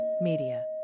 Media